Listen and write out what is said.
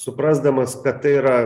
suprasdamas kad tai yra